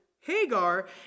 Hagar